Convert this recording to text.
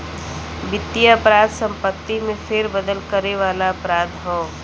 वित्तीय अपराध संपत्ति में फेरबदल करे वाला अपराध हौ